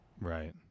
Right